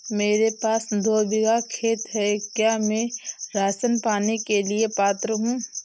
मेरे पास दो बीघा खेत है क्या मैं राशन पाने के लिए पात्र हूँ?